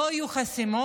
לא יהיו חסימות,